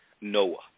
Noah